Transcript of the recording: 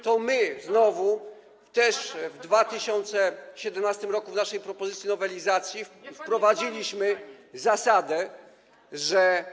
To my znowu w 2017 r. w dalszej propozycji nowelizacji wprowadziliśmy zasadę, że.